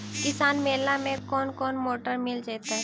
किसान मेला में कोन कोन मोटर मिल जैतै?